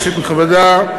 כנסת נכבדה,